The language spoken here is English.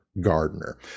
gardener